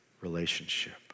relationship